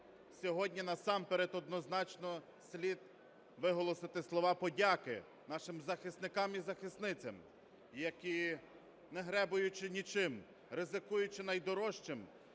Сьогодні насамперед однозначно слід виголосити слова подяки нашим захисникам і захисницям, які не гребуючи нічим, ризикуючи найдорожчим,